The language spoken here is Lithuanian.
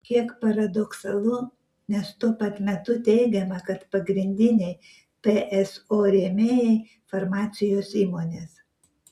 kiek paradoksalu nes tuo pat metu teigiama kad pagrindiniai pso rėmėjai farmacijos įmonės